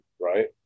right